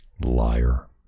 Liar